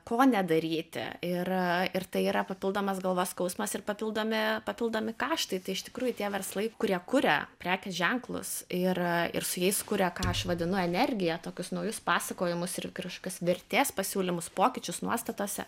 ko nedaryti yra ir tai yra papildomas galvos skausmas ir papildomi papildomi kaštai tai iš tikrųjų tie verslai kurie kuria prekės ženklus ir ir su jais kuria ką aš vadinu energija tokius naujus pasakojimus ir kažkokios vertės pasiūlymus pokyčius nuostatose